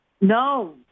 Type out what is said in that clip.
No